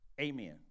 Amen